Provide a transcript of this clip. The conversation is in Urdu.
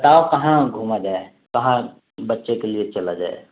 بتاؤ کہاں گھوما جائے کہاں بچے کے لیے چلا جائے